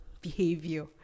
behavior